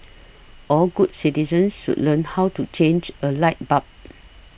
all good citizens should learn how to change a light bulb